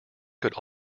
could